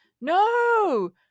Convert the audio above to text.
no